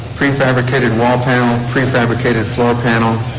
prefabricated wall panel, prefabricated floor panel,